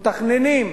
מתכננים,